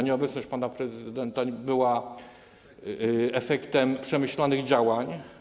Nieobecność pana prezydenta była efektem przemyślanych działań.